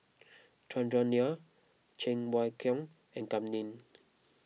Chandran Nair Cheng Wai Keung and Kam Ning